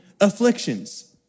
afflictions